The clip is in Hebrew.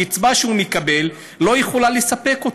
הקצבה שהם מקבלים לא יכולה לספק אותם.